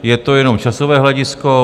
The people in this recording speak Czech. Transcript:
Je to jenom časové hledisko.